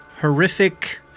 horrific